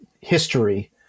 history